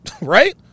right